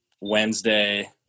Wednesday